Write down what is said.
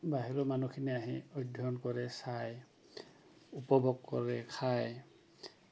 বাহিৰৰ মানুহখিনি আহি অধ্যয়ন কৰে চায় উপভোগ কৰে খায়